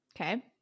okay